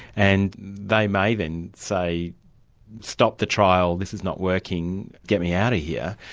and they may then say stop the trial this is not working, get me out of here.